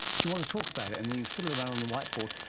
you want to talk about it? and then you fiddle around on the whiteboard.